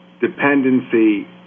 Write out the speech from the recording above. dependency